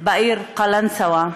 בעיר קלנסואה.